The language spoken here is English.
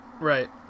Right